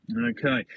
Okay